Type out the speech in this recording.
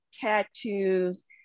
tattoos